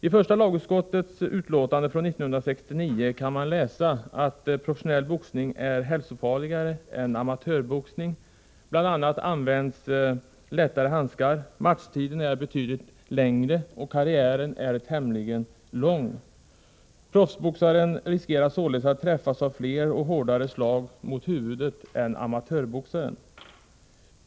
I första lagutskottets utlåtande från 1969 kan man läsa att professionell boxning är hälsofarligare än amatörboxning — bl.a. används lättare handskar, matchtiden är betydligt längre, och karriären är tämligen lång. Proffsboxare riskerar således att träffas av fler och hårdare slag mot huvudet än amatörboxare.